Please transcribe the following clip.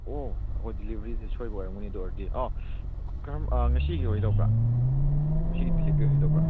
ꯑꯣ ꯑꯩꯈꯣꯏ ꯗꯤꯂꯤꯕꯔꯤꯗ ꯁꯣꯏꯕ ꯑꯣꯏꯔꯝꯒꯅꯤ ꯑꯗꯨ ꯑꯣꯏꯔꯗꯤ ꯑꯥ ꯉꯁꯤꯒꯤ ꯑꯣꯏꯗꯧꯕ꯭ꯔꯥ ꯉꯁꯤꯒꯤ ꯗꯤꯂꯤꯕꯔꯤ ꯑꯣꯏꯗꯧꯕ꯭ꯔꯥ